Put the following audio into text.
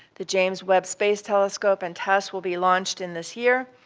the james webb space telescope and tess will be launched in this year,